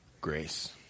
grace